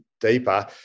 deeper